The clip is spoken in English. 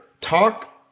Talk